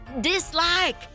dislike